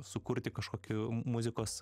sukurti kažkokių muzikos